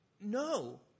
no